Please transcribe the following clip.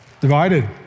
Divided